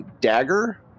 dagger